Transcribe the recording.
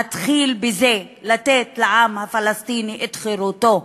להתחיל בזה, לתת לעם הפלסטיני את חירותו,